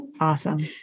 Awesome